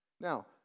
Now